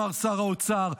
אמר שר האוצר,